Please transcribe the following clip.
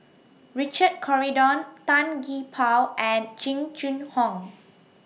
Richard Corridon Tan Gee Paw and Jing Jun Hong